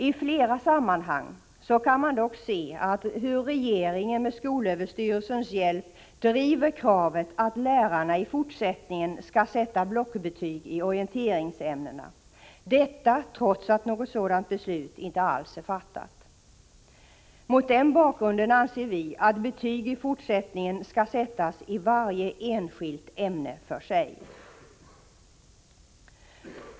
I flera sammanhang kan man dock se hur regeringen med skolöverstyrelsens hjälp driver kravet att lärarna hädanefter skall sätta blockbetyg i orienteringsämnena, trots att något sådant beslut inte alls är fattat. Mot den bakgrunden anser vi att betyg i fortsättningen skall sättas i varje enskilt ämne för sig.